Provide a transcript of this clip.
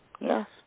Yes